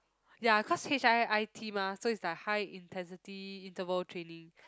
ya cause h_i_i_t mah so it's like high intensity interval training